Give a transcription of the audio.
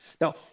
Now